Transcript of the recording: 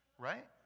right